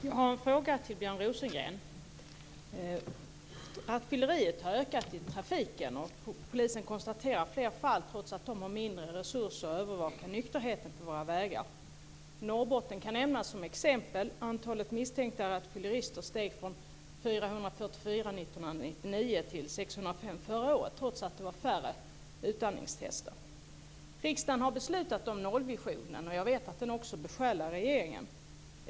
Fru talman! Jag har en fråga till Björn Rosengren. Rattfylleriet har ökat i trafiken. Polisen konstaterar fler fall trots att man har mindre resurser för att övervaka nykterheten på våra vägar. Norrbotten kan nämnas som exempel. Antalet misstänkta rattfyllerister steg 1999 från 444 till 605 förra året, trots att det gjordes färre utandningstester. Riksdagen har beslutat om nollvisionen, och jag vet att den också besjälar regeringen.